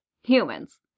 Humans